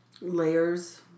layers